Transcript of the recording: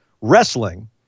wrestling